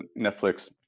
Netflix